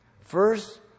First